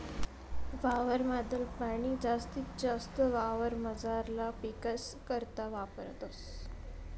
वावर माधल पाणी जास्तीत जास्त वावरमझारला पीकस करता वापरतस